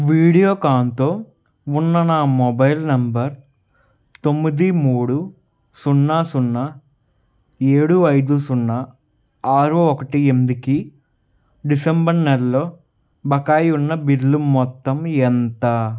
వీడియోకాన్తో ఉన్న నా mobile number తొమ్మిది మూడు సున్నా సున్నా ఏడు ఐదు సున్నా ఆరు ఒకటి ఎనిమిదికి డిసెంబరు నెల్లో బకాయి ఉన్న బిల్లు మొత్తం ఎంత